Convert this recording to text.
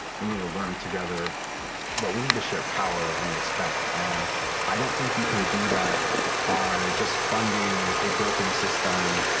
we need to learn together but we need to share power and respect and i don't think you can do that by just funding a broken system.